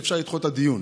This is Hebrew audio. שאפשר לדחות את הדיון.